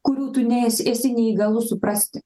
kurių tu nes esi neįgalus suprasti